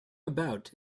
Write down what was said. about